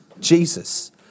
Jesus